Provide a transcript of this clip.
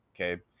Okay